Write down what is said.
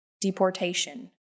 deportation